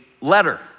letter